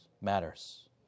matters